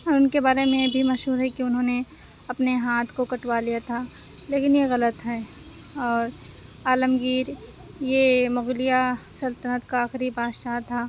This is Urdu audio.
اور ان کے بارے میں یہ بھی مشہور ہے کہ انہوں نے اپنے ہاتھ کو کٹوا لیا تھا لیکن یہ غلط ہے اور عالمگیر یہ مغلیہ سلطنت کا آخری بادشاہ تھا